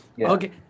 Okay